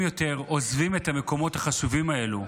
יותר עוזבים את המקומות החשובים האלה.